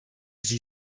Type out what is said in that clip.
sie